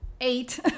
Eight